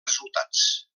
resultats